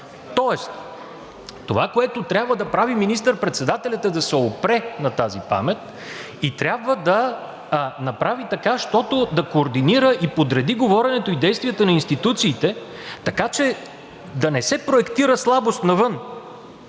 Тоест това, което трябва да прави министър-председателят, е да се опре на тази памет. Трябва да направи така, щото да координира и подреди говоренето и действията на институциите, така че да не се проектира слабост навън.